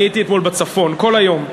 אני הייתי אתמול בצפון כל היום.